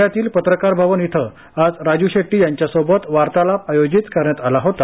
पुण्यातील पत्रकार भवन येथे आज राजू शेट्टीयांच्यासोबत वार्तालाप आयोजित करण्यात आला होता